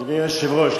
אדוני היושב-ראש,